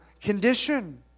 condition